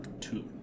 Two